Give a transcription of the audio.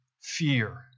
fear